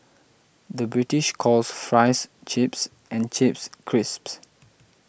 the British calls Fries Chips and Chips Crisps